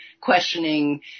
questioning